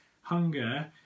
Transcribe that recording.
hunger